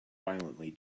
violently